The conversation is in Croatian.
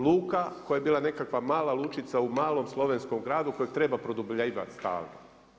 Luka koja je bila nekakva mala lučica u malom slovenskom gradu kojeg treba produbljivati stalno.